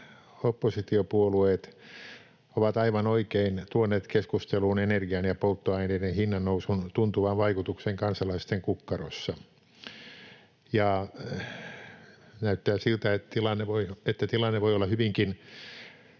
oppositiopuolueet ovat aivan oikein tuoneet keskusteluun energian ja polttoaineiden hinnannousun tuntuvan vaikutuksen kansalaisten kukkarossa. Ja näyttää siltä, että tilanne voi olla hyvinkin